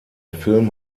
film